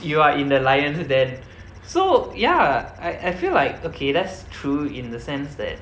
you are in the lion's den so ya I I feel like okay that's true in the sense that